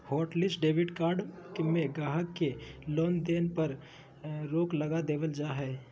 hotlist debit card में गाहक़ के लेन देन पर रोक लगा देबल जा हय